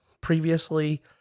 previously